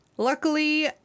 Luckily